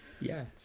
Yes